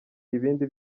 ibindi